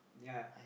ya